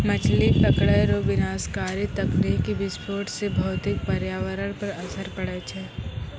मछली पकड़ै रो विनाशकारी तकनीकी विस्फोट से भौतिक परयावरण पर असर पड़ै छै